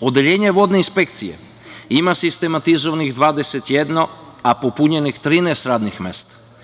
Odeljenje vodne inspekcije ima sistematizovanih 21, a popunjenih 13 radnih mesta.